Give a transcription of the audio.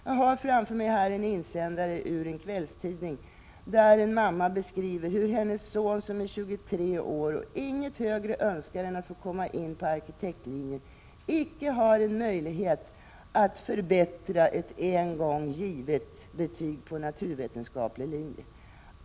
Jag har framför mig här en insändare i en kvällstidning, där en mamma beskriver hur hennes son, som är 23 år och inget högre önskar än att komma in på arkitektlinjen, icke har en möjlighet att förbättra ett en gång givet betyg på naturvetenskaplig linje.